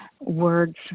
words